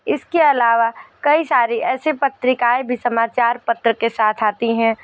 इसके अलावा कई सारी ऐसे पत्रिकाएँ भी समाचार पत्र के साथ आती हैं